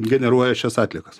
generuoja šias atliekas